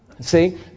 See